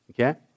Okay